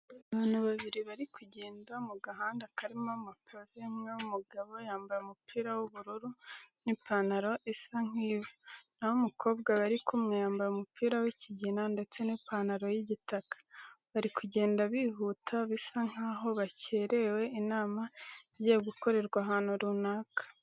Abantu babiri bari kugenda mu gahanda karimo amapave, umwe w'umugabo yambaye umupira w'ubururu n'ipantaro isa nk'ivu, naho umukobwa bari kumwe yambaye umupira w'ikigina ndetse n'ipantaro y'igitaka. Bari kugenda bihuta bisa nkaho bakerewe inama igiye gukorerwa ahantu runaka.